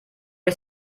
ich